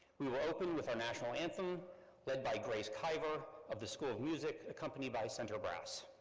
we will open with our national anthem led by grace kiver of the school of music accompanied by central brass.